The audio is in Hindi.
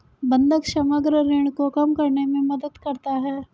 बंधक समग्र ऋण को कम करने में मदद करता है